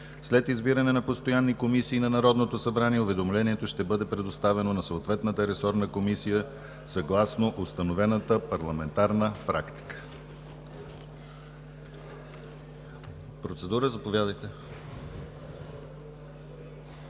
След избиране на постоянни комисии на Народното събрание уведомлението ще бъде предоставено на съответната ресорна комисия, съгласно установената парламентарна практика.